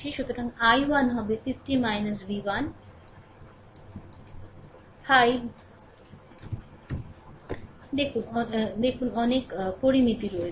সুতরাং i 1 হবে 50 v1 5 অনেক পরামিতি রয়েছে